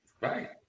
right